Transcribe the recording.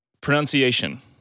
Pronunciation